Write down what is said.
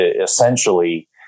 essentially